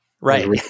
Right